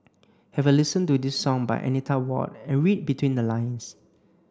have a listen to this song by Anita Ward and read between the lines